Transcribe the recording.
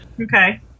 okay